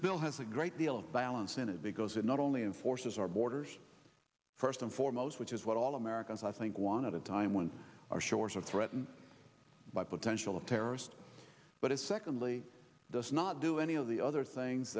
bill has a great deal of balance in it because it not only enforces our borders first and foremost which is what all americans i think one at a time when our shores or threatened by potential terrorist but it secondly does not do any of the other things